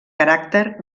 caràcter